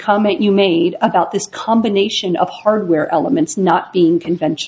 comment you made about this combination of hardware elements not being convention